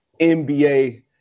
NBA